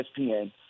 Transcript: ESPN